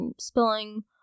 spilling